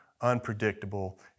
unpredictable